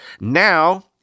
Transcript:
Now